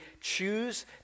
choose